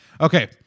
Okay